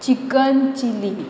chicken chilly